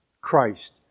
Christ